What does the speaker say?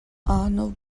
arnold